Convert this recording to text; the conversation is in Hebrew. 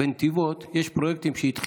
בנתיבות יש פרויקטים שכבר התחילו,